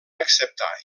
acceptar